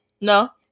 No